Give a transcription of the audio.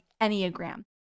Enneagram